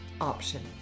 option